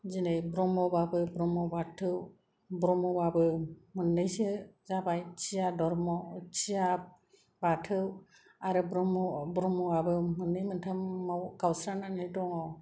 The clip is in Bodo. दिनै ब्रह्मबाबो ब्रह्म बाथौ ब्रह्मबाबो मोननैसो जाबाय थिया धोरोम थिया बाथौ आरो ब्रह्मआबो मोननै मोनथामाव गावस्रानानै दङ